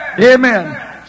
Amen